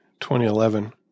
2011